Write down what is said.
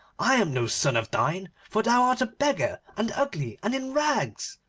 i am no son of thine, for thou art a beggar, and ugly, and in rags.